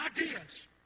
ideas